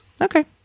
Okay